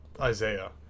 Isaiah